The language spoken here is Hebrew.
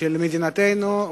של מדינתנו.